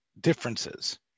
differences